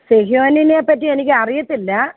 സിജോനിനെ പറ്റി എനിക്ക് അറിയത്തില്ല